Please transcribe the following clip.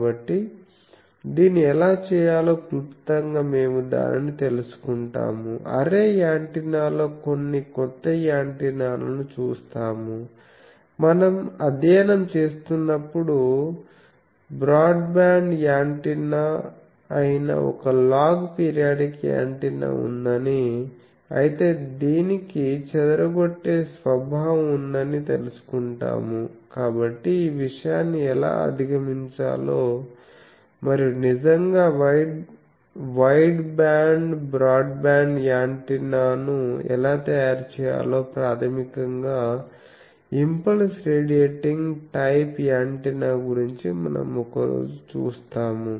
కాబట్టి దీన్ని ఎలా చేయాలో క్లుప్తంగా మేము దానిని తెలుసుకుంటాము అర్రే యాంటెన్నా లో కొన్ని కొత్త యాంటెన్నాలను చూస్తాము మనం అధ్యయనం చేస్తున్నప్పుడు బ్రాడ్బ్యాండ్ యాంటెన్నా అయిన ఒక లాగ్ పీరియాడిక్ యాంటెన్నా ఉందని అయితే దీనికి చెదరగొట్టే స్వభావం ఉందని తెలుసుకుంటాము కాబట్టి ఆ విషయాన్ని ఎలా అధిగమించాలో మరియు నిజంగా వైడ్బ్యాండ్ బ్రాడ్బ్యాండ్ యాంటెన్నాను ఎలా తయారు చేయాలో ప్రాథమికంగా ఇంపల్స్ రేడియేటింగ్ టైప్ యాంటెన్నా గురించి మనం ఒక రోజు చూస్తాము